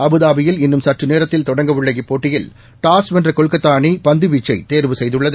அபுதாபியில் இன்னும் சற்று நேரத்தில் தொடங்கவுள்ள இப்போட்டியில் டாஸ் வென்ற கொல்கத்தா அணி பந்து வீச்சை தேர்வு செய்துள்ளது